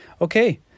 Okay